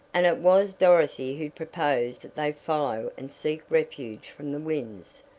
and it was dorothy who proposed that they follow and seek refuge from the winds,